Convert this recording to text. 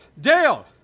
Dale